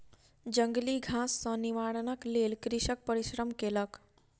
जंगली घास सॅ निवारणक लेल कृषक परिश्रम केलक